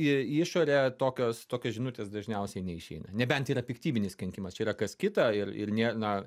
į išorę tokios tokios žinutės dažniausiai neišeina nebent yra piktybinis kenkimas čia yra kas kita ir ir ne na